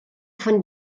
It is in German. von